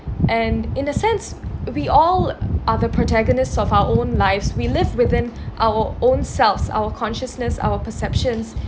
and in a sense we all are the protagonists of our own lives we live within our own selves our consciousness our perceptions